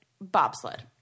bobsled